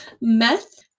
meth